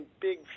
big